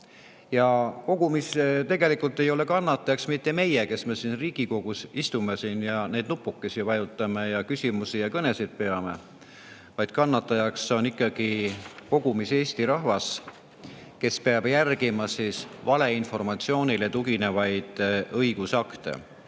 Tegelikult ei ole kannatajaks mitte meie, kes me siin Riigikogus istume ja neid nupukesi vajutame, küsimusi [esitame] ja kõnesid peame, vaid kannatajaks on ikkagi kogu Eesti rahvas, kes peab järgima valeinformatsioonile tuginevaid õigusakte.